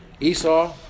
Esau